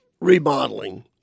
Remodeling